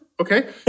Okay